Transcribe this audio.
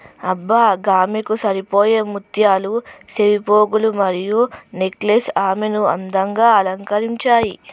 అబ్బ గామెకు సరిపోయే ముత్యాల సెవిపోగులు మరియు నెక్లెస్ ఆమెను అందంగా అలంకరించాయి